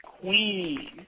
queen